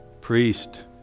priest